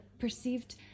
perceived